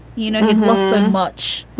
you know, he lost so much.